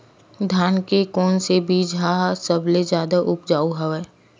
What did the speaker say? धान के कोन से बीज ह सबले जादा ऊपजाऊ हवय?